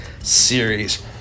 series